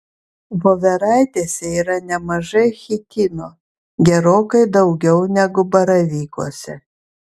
voveraitėse yra nemažai chitino gerokai daugiau negu baravykuose